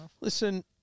Listen